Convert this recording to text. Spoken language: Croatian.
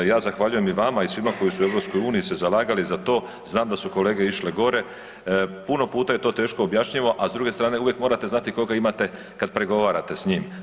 Ja zahvaljujem i vama i svima koji su EU se zalagali za to, znam da su kolege išle gore, puno puta je to teško objašnjivo, a s druge strane uvijek morate znati koga imate kad pregovarate s njim.